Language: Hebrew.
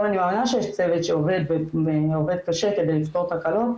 אני מאמינה שיש צוות שעובד קשה כדי לפתור תקלות,